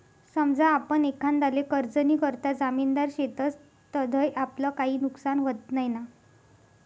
समजा आपण एखांदाले कर्जनीकरता जामिनदार शेतस तधय आपलं काई नुकसान व्हत नैना?